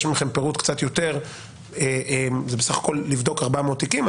מכם קצת יותר פירוט זה בסך הכל לבדוק 400 תיקים.